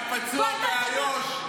היה פצוע באיו"ש,